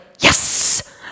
yes